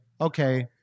okay